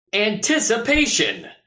Anticipation